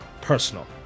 Personal